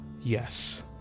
Yes